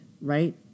right